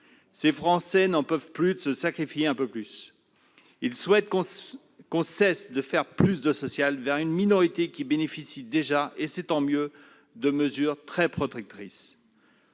Ces Français n'en peuvent plus de se sacrifier un peu plus. Ils souhaitent qu'on cesse de faire plus de social vers une minorité qui bénéficie déjà, et c'est tant mieux, de mesures très protectrices.